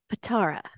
Patara